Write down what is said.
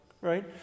right